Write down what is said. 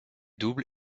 double